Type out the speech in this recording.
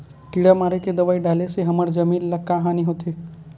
किड़ा मारे के दवाई डाले से हमर जमीन ल का हानि होथे?